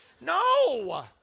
No